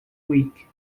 week